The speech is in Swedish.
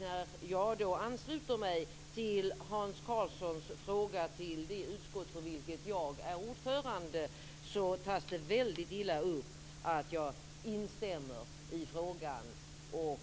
När jag då ansluter mig till Hans Karlssons fråga till det utskott för vilket jag är ordförande, tas det väldigt illa upp att jag instämmer i frågan och